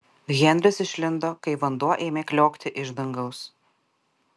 henris išlindo kai vanduo ėmė kliokti iš dangaus